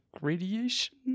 radiation